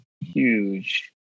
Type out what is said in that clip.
huge